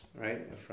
right